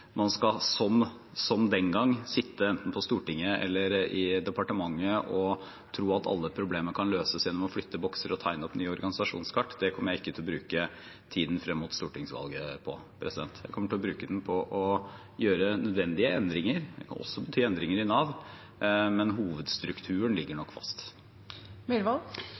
alle problemer kan løses gjennom å flytte bokser og tegne nye organisasjonskart – det kommer jeg ikke til å bruke tiden frem mot stortingsvalget på. Jeg kommer til å bruke den på å foreta nødvendige endringer, som også betyr endringer i Nav, men hovedstrukturen ligger nok